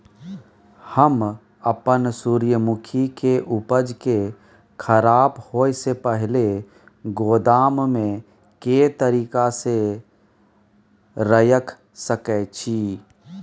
हम अपन सूर्यमुखी के उपज के खराब होयसे पहिले गोदाम में के तरीका से रयख सके छी?